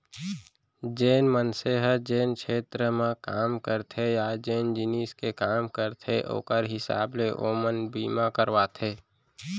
जेन मनसे ह जेन छेत्र म काम करथे या जेन जिनिस के काम करथे ओकर हिसाब ले ओमन बीमा करवाथें